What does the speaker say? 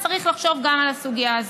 אז צריך לחשוב גם על הסוגיה הזאת.